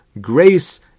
grace